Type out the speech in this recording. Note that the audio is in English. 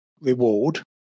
reward